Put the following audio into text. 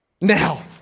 Now